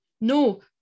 No